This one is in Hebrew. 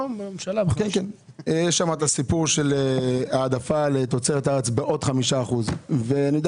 הנושא של העדפת תוצרת הארץ בעוד 5%. אני יודע